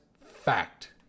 fact